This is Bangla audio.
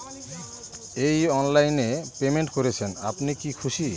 এই অনলাইন এ পেমেন্ট করছেন আপনি কি খুশি?